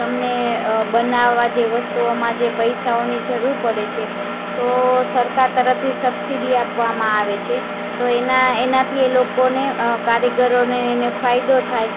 તમને બનાવવા જે વસ્તુઓમાં જે પૈસાઓની જરૂર પડે છે તો સરકાર તરફથી સબસીડી આપવામાં આવે છે તો એના એનાથી એ લોકોને કારીગરોને એને ફાયદો થાય